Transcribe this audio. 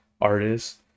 artists